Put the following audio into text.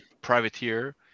Privateer